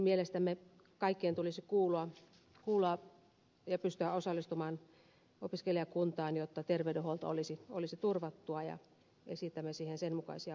mielestämme kaikkien tulisi kuulua ja pystyä osallistumaan opiskelijakuntaan jotta terveydenhuolto olisi turvattua ja esitämme siihen sen mukaisia muutoksia